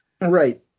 Right